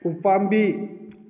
ꯎꯄꯥꯝꯕꯤ